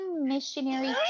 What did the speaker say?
missionary